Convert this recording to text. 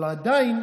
אבל עדיין,